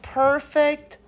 perfect